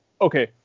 okay